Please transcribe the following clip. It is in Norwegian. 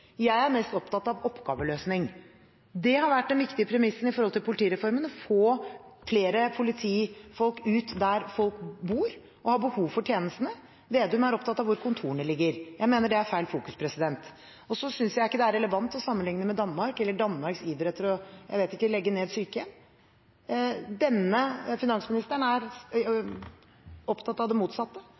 Jeg er mest opptatt av oppgaveløsning. Det har vært en viktig premiss for politireformen å få flere politifolk ut der folk bor og har behov for tjenestene. Slagsvold Vedum er opptatt av hvor kontorene ligger. Jeg mener det er feil fokus. Jeg synes ikke det er relevant å sammenlikne med Danmark, eller med Danmarks iver etter å legge ned sykehjem. Denne finansministeren er opptatt av det motsatte